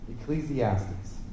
Ecclesiastes